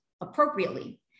appropriately